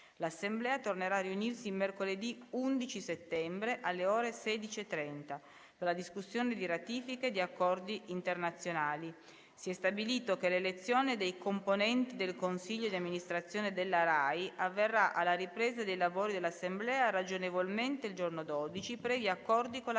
L'Assemblea tornerà a riunirsi mercoledì 11 settembre, alle ore 16,30, per la discussione di ratifiche di accordi internazionali. Si è stabilito che l'elezione dei componenti del consiglio di amministrazione della Rai avverrà alla ripresa dei lavori dell'Assemblea, ragionevolmente il giorno 12, previ accordi con la